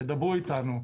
תדברו איתנו,